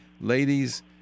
Ladies